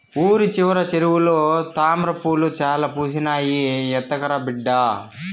ఊరి చివర చెరువులో తామ్రపూలు చాలా పూసినాయి, ఎత్తకరా బిడ్డా